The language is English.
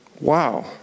Wow